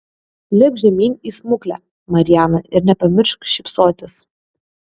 lipk žemyn į smuklę mariana ir nepamiršk šypsotis